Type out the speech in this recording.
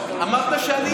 אמרת שהיית.